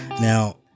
now